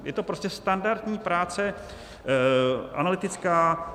Je to prostě standardní práce analytická.